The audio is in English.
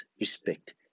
respect